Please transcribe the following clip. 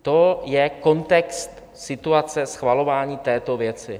To je kontext situace schvalování této věci.